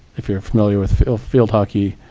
if you're familiar with field field hockey,